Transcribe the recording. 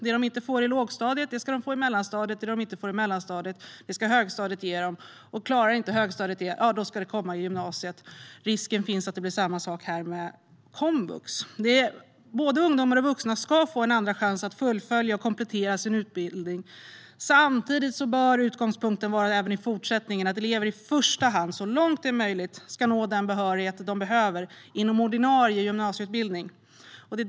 Det de inte får i lågstadiet ska de få i mellanstadiet, och det de inte får i mellanstadiet ska högstadiet ge dem. Klarar inte högstadiet det ska det komma i gymnasiet. Risken finns att det blir samma sak här med komvux. Både ungdomar och vuxna ska få en andra chans att fullfölja och komplettera sin utbildning. Samtidigt bör utgångspunkten även i fortsättningen vara att elever i första hand så långt det är möjligt ska nå den behörighet de behöver inom ordinarie gymnasieutbildning.